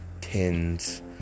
tins